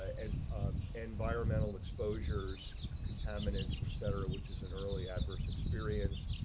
and environmental exposures contaminants and center which is an early adverse experience.